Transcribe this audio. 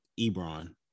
Ebron